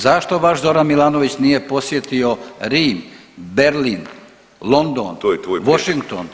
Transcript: Zašto vaš Zoran Milanović nije posjetio Rim, Berlin, London, Washington?